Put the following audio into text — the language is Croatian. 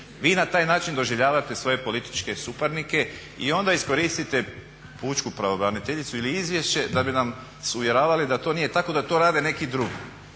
Vi na taj način doživljavate svoje političke suparnike i onda iskoristite pučku pravobraniteljicu ili izvješće da bi nas uvjeravali da to nije tako, da to rade neki drugi.